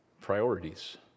priorities